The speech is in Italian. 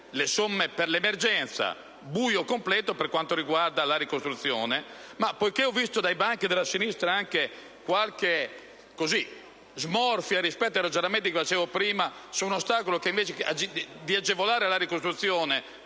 le somme per l'emergenza. Buio completo per quanto riguarda la ricostruzione. Ma, poiché ho visto dai banchi della sinistra anche qualche smorfia rispetto ai ragionamenti che facevo prima su un ostacolo che, invece di agevolare la ricostruzione,